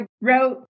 wrote